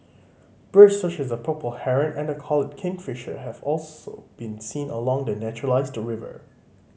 birds such as the purple Heron and the collared kingfisher have also been seen along the naturalised river